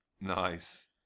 nice